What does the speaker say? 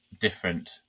different